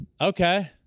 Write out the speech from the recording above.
Okay